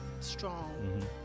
strong